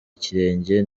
ikirenge